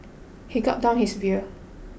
he gulped down his beer